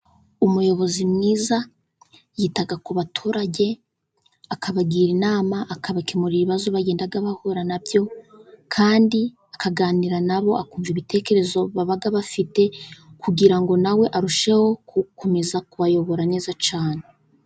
Umuyobozi mwiza yita ku baturage akabagira inama, akabakemurira ibibazo bagenda bahura na byo, kandi akaganira na bo akumva ibitekerezo baba bafite, kugirango nawe arusheho gukomeza kubayobora neza cyane.